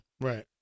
right